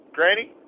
Granny